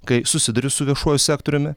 kai susiduriu su viešuoju sektoriumi